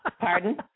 Pardon